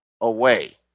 away